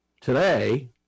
today